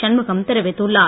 சண்முகம் தெரிவித்துள்ளார்